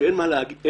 שאין מה לומר,